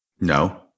No